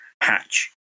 hatch